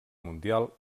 mundial